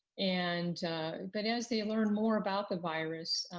and but as they learn more about the virus,